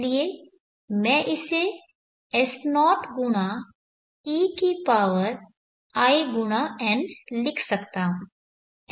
इसलिए मैं इसे S0×ein लिख सकता हूँ